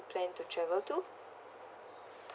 plan to travel to